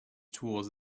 towards